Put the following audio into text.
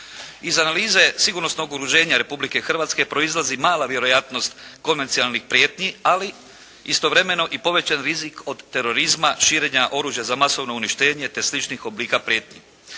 Iz Analize sigurnosnog okruženja Republike Hrvatske proizlazi mala vjerojatnost konvencionalnih prijetnji, ali istovremeno i povećan rizik od terorizma, širenja oružja za masovno uništenje, te sličnih oblika prijetnji.